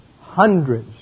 Hundreds